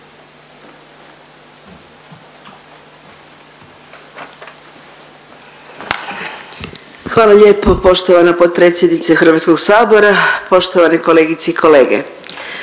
Hvala lijepa poštovani potpredsjedniče Hrvatskog sabora. Poštovane kolegice i kolege,